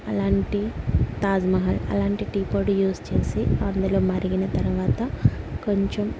అలాంటి తాజ్మహల్ అలాంటి టీ పొడి యూస్ చేసి అందులో మరిగిన తరవాత కొంచెం